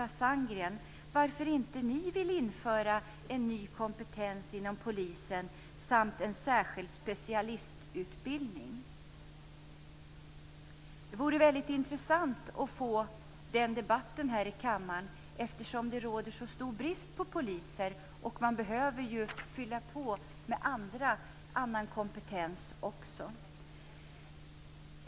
Det vore intressant att få den debatten här i kammaren eftersom det råder så stor brist på poliser och man behöver fylla på med annan kompetens också.